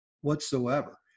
whatsoever